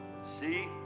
See